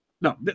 No